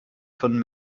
von